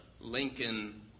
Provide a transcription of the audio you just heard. Lincoln